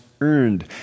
earned